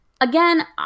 Again